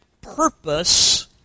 purpose